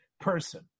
person